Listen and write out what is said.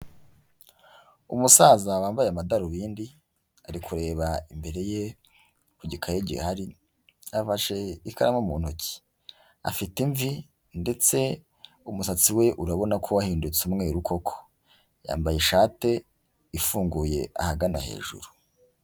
Umusaza wambaye amadarubindi, ari kureba imbere ye, ku gikayi gihari, afashe ikaramu mu ntoki. Afite imvi, ndetse umusatsi we urabona ko wahindutse umweru koko! Yambaye ishati ifunguye ahagana hejuru.